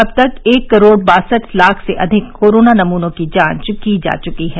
अब तक एक करोड़ बासठ लाख से अधिक कोरोना नमूनों की जांच की जा चुकी है